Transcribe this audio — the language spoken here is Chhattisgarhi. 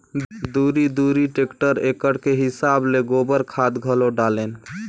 दूरी दूरी टेक्टर एकड़ के हिसाब ले गोबर खाद घलो डालेन